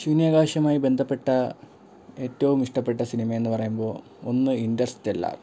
ശൂന്യാകാശവുമായി ബന്ധപ്പെട്ട ഏറ്റവും ഇഷ്ടപ്പെട്ട സിനിമയെന്നു പറയുമ്പോൾ ഒന്ന് ഇൻറ്റർസ്റ്റെല്ലാർ